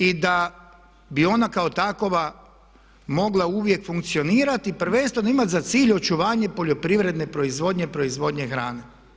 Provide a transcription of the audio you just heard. I da bi ona kao takva mogla uvijek funkcionirati i prvenstveno imati za cilj očuvanje poljoprivredne proizvodnje, proizvodnje hrane.